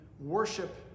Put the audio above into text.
worship